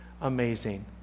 amazing